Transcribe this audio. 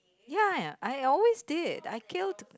ya I always did I killed